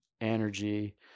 energy